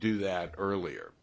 do that earlier